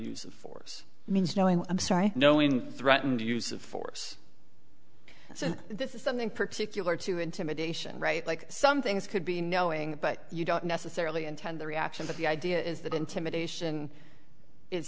use of force means knowing i'm sorry knowing threatened use of force so this is something particular to intimidation right like some things could be knowing but you don't necessarily intend the reaction but the idea is that intimidation is